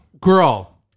girl